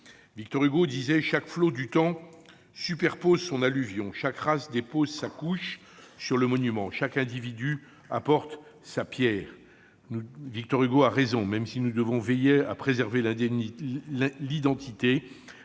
Victor Hugo écrivait :« Chaque flot du temps superpose son alluvion, chaque race dépose sa couche sur le monument, chaque individu apporte sa pierre. » Il avait raison. Même si nous devons veiller à préserver l'identité,